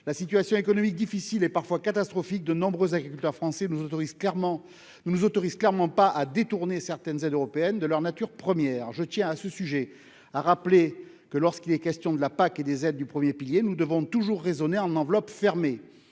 La situation économique difficile, voire parfois catastrophique, de nombreux agriculteurs français ne nous autorise clairement pas à détourner certaines aides européennes de leur nature première. À ce sujet, je tiens à rappeler que, lorsqu'il est question de la PAC et des aides du premier pilier, nous devons toujours raisonner en enveloppes fermées.